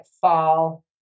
fall